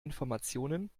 information